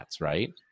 right